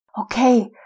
Okay